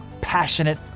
passionate